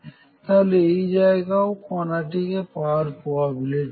তাহলেও এই জায়গায়ও কনাটিকে পাওয়ার প্রবাবিলিটি আছে